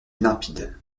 limpide